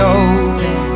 open